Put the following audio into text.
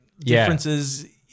differences